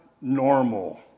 normal